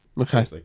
Okay